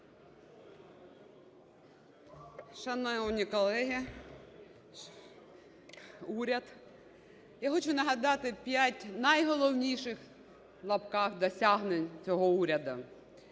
Шановні колеги, уряд! Я хочу нагадати 5 "найголовніших", в лапках, досягнень цього уряду.